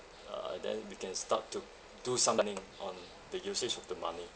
uh and then we can start to do something on the usage of the money